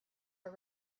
are